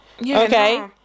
Okay